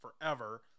forever